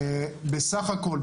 בסך הכל,